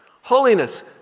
Holiness